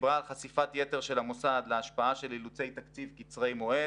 שדיברה על חשיפת יתר של המוסד להשפעה של אילוצי תקציב קצרי מועד